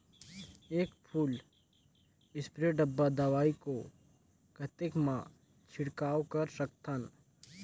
एक full spray डब्बा दवाई को कतेक म छिड़काव कर सकथन?